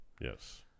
Yes